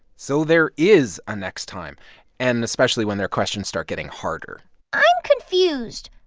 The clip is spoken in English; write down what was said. so there is a next time and especially when their questions start getting harder i'm confused.